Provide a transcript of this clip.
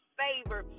favor